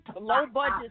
low-budget